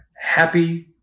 happy